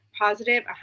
positive